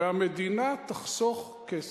והמדינה תחסוך כסף.